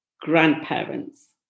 grandparents